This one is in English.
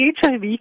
HIV